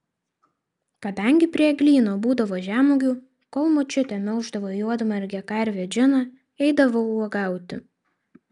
kadangi prie eglyno būdavo žemuogių kol močiutė melždavo juodmargę karvę džiną eidavau uogauti